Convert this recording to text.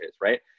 right